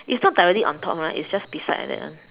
it's not directly on top right it's just beside right that one